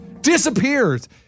disappears